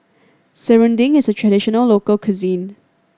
serunding is a traditional local cuisine